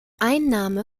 einnahme